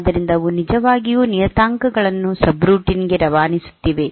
ಆದ್ದರಿಂದ ಅವು ನಿಜವಾಗಿಯೂ ನಿಯತಾಂಕಗಳನ್ನು ಸಬ್ರೂಟೀನ್ ಗೆ ರವಾನಿಸುತ್ತಿವೆ